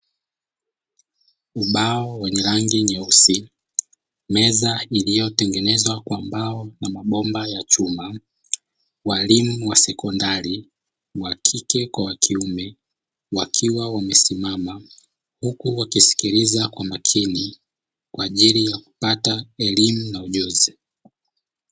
Ubao wenye rangi nyeusi, meza iliyotengenezwa kwa mbao na mabomba ya chuma, walimu wa sekondari wakike na wakiume wakiwa wamesimama huku wakisikiliza kwa makini kwa ajili ya kupata elimu na ujuzi.